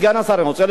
אני רוצה לשאול אותך,